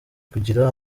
kugira